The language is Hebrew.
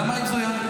למה היא בזויה?